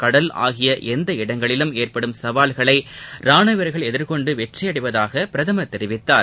கடல் ஆகிய எந்த இடங்களிலும் ஏற்படும் சவால்களை ரானுவ வீரர்கள் எதிர்கொண்டு வெற்றியடைவதாக பிரதமர் தெரிவித்தார்